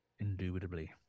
indubitably